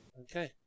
Okay